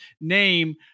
name